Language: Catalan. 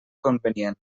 convenient